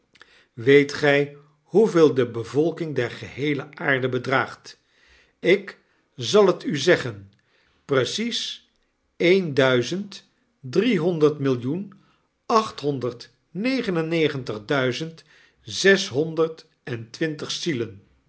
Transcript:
weet gij hoeveel de bevolking der geheele aarde bedraagt ik zal het u zeggen precies een duizend driehonderd millioen achthonderd negen en negentig duizend zeshonderd en twintig zielen